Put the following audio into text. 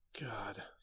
God